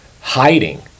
hiding